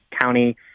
County